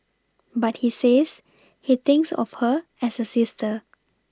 but he says he thinks of her as a sister